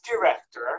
director